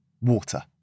Water